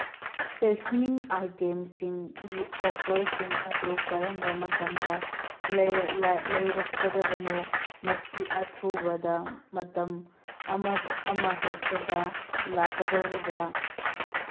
ꯁꯦꯁꯅꯤꯡ ꯑꯥꯏꯇꯦꯝꯁꯤꯡꯒꯤ ꯑꯣꯐꯔꯁꯤꯡ ꯑꯗꯨ ꯀꯔꯝꯕ ꯃꯇꯝꯗ ꯂꯩꯔꯛꯀꯗꯕꯅꯣ ꯃꯁꯤ ꯑꯊꯨꯕꯗ ꯃꯇꯝ ꯑꯃ ꯍꯦꯛꯇꯗ ꯂꯥꯛꯀꯗꯧꯔꯤꯕ꯭ꯔꯥ